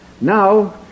Now